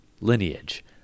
lineage